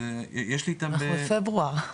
יש לי --- אנחנו בפברואר.